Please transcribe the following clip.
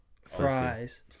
fries